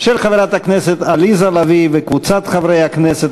של חברת הכנסת עליזה לביא וקבוצת חברי הכנסת.